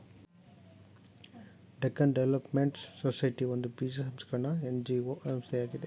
Deccan development society ಒಂದು ಬೀಜ ಸಂಸ್ಕರಣ ಎನ್.ಜಿ.ಒ ಸಂಸ್ಥೆಯಾಗಿದೆ